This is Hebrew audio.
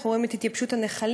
אנחנו רואים את התייבשות הנחלים.